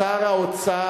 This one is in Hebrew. סגן שר האוצר,